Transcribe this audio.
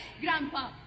Grandpa